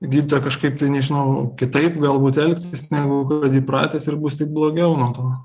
gydytoją kažkaip tai nežinau kitaip galbūt elgtis negu įpratęs ir bus tik blogiau nuo to